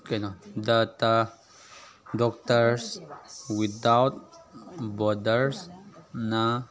ꯀꯩꯅꯣ ꯗꯇꯥ doctors without ꯕꯣꯔꯗꯔꯁꯅ